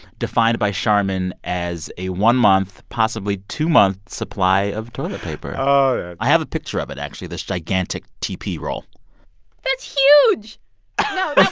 defined by charmin as a one-month, possibly two-month supply of toilet paper oh, yeah i have a picture of it, actually, this gigantic tp roll that's huge no,